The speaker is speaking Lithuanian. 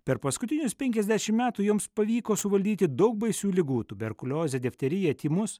per paskutinius penkiasdešim metų jums pavyko suvaldyti daug baisių ligų tuberkuliozę difteriją tymus